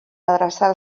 adreçar